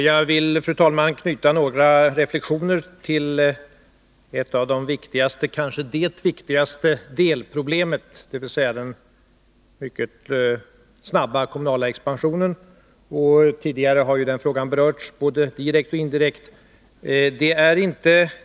Fru talman! Jag vill knyta några reflexioner till ett av de viktigaste delproblemen, kanske det viktigaste, nämligen den mycket snabba kommunala expansionen. Den frågan har berörts tidigare i debatten både indirekt och direkt.